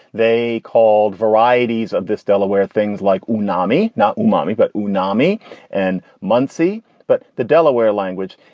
they called varieties of this delaware, things like nami, not mommy, but nami and munsie. but the delaware language.